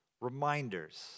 reminders